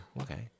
Okay